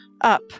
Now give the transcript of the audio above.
Up